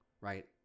right